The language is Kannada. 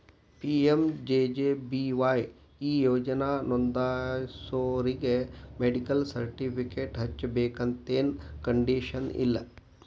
ಪಿ.ಎಂ.ಜೆ.ಜೆ.ಬಿ.ವಾಯ್ ಈ ಯೋಜನಾ ನೋಂದಾಸೋರಿಗಿ ಮೆಡಿಕಲ್ ಸರ್ಟಿಫಿಕೇಟ್ ಹಚ್ಚಬೇಕಂತೆನ್ ಕಂಡೇಶನ್ ಇಲ್ಲ